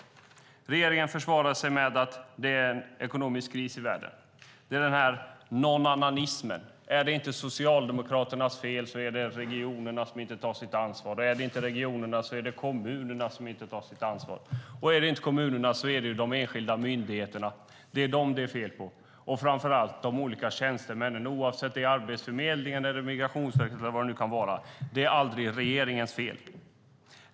Regeringen försvarar sig med att det är en ekonomisk kris i världen. Det är den här "nånannanismen". Är det inte Socialdemokraternas fel är det regionerna som inte tar sitt ansvar. Är det inte regionerna är det kommunerna som inte tar sitt ansvar. Och är det inte kommunerna är det de enskilda myndigheterna som det är fel på. Det är framför allt de olika tjänstemännen, oavsett om det är Arbetsförmedlingen eller Migrationsverket eller vad det nu kan vara. Det är aldrig regeringens fel.